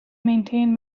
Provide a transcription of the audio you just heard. maintain